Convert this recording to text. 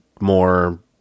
more